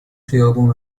خیابون